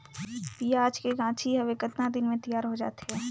पियाज के गाछी हवे कतना दिन म तैयार हों जा थे?